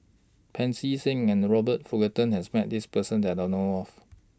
Pancy Seng and Robert Fullerton has Met This Person that I know of